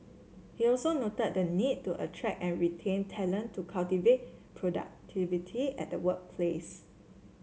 he also noted the need to attract and retain talent to cultivate productivity at the workplace